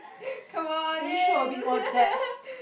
come on in